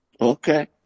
Okay